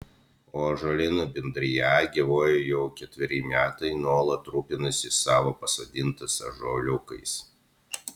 o ąžuolyno bendrija gyvuoja jau ketveri metai nuolat rūpinasi savo pasodintais ąžuoliukais